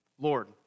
Lord